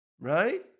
right